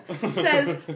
says